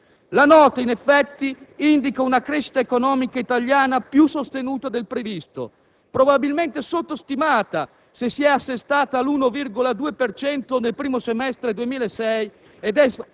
La Nota, in effetti, indica una crescita economica italiana più sostenuta del previsto, probabilmente sottostimata se si è assestata all'1,2 per cento nel primo semestre 2006 ed è